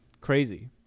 crazy